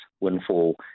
windfall